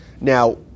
Now